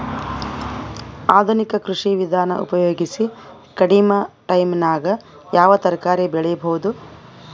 ಆಧುನಿಕ ಕೃಷಿ ವಿಧಾನ ಉಪಯೋಗಿಸಿ ಕಡಿಮ ಟೈಮನಾಗ ಯಾವ ತರಕಾರಿ ಬೆಳಿಬಹುದು?